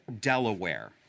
Delaware